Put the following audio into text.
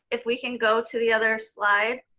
if we can go to the other slide,